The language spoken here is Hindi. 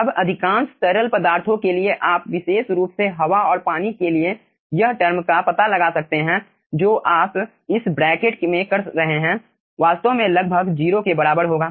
अब अधिकांश तरल पदार्थों के लिए आप विशेष रूप से हवा और पानी के लिए यह टर्म का पता लगा सकते हैं जो आप इस ब्रैकेट में कर रहे हैं वास्तव में लगभग 0 के बराबर होगा